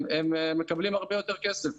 הם מקבלים הרבה יותר כסף.